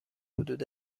حدود